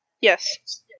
Yes